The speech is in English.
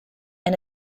and